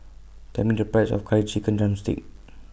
Tell Me The Price of Curry Chicken Drumstick